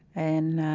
and